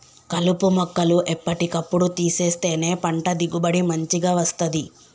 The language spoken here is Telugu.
కలుపు మొక్కలు ఎప్పటి కప్పుడు తీసేస్తేనే పంట దిగుబడి మంచిగ వస్తది